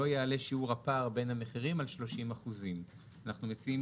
לא יעלה שיעור הפער בין המחירים על 30%". אנחנו מציעים